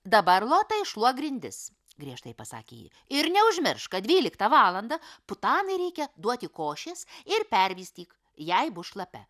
dabar lota iššluok grindis griežtai pasakė ji ir neužmiršk kad dvyliktą valandą putanai reikia duoti košės ir pervystyk jei bus šlapia